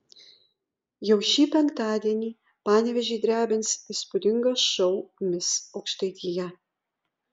jau šį penktadienį panevėžį drebins įspūdingas šou mis aukštaitija